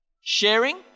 Sharing